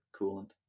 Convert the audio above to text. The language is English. coolant